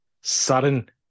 sudden